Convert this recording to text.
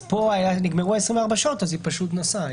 פה נגמרו 24 השעות אז היא נסעה.